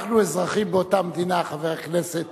אנחנו אזרחים באותה מדינה, חבר הכנסת